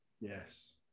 Yes